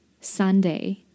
Sunday